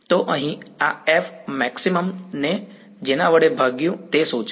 તો અહીં આ F ને જેના વડે ભાગ્યુ તે શું છે